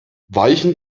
weichen